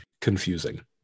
confusing